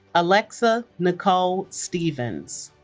alexa nicole stephens